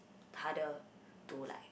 harder to like